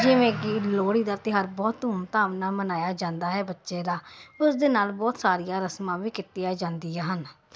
ਜਿਵੇਂ ਕਿ ਲੋਹੜੀ ਦਾ ਤਿਉਹਾਰ ਬਹੁਤ ਧੂਮ ਧਾਮ ਨਾਲ ਮਨਾਇਆ ਜਾਂਦਾ ਹੈ ਬੱਚੇ ਦਾ ਉਸ ਦੇ ਨਾਲ ਬਹੁਤ ਸਾਰੀਆਂ ਰਸਮਾਂ ਵੀ ਕੀਤੀਆਂ ਜਾਂਦੀਆਂ ਹਨ